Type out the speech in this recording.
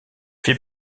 fait